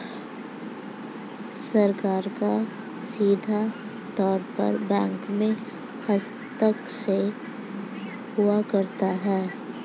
सरकार का सीधे तौर पर बैंकों में हस्तक्षेप हुआ करता है